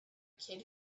kid